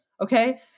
Okay